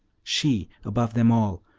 she, above them all,